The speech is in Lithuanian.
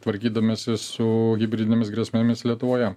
tvarkydamiesi su hibridinėmis grėsmėmis lietuvoje